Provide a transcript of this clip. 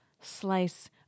slice